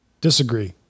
disagree